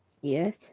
Yes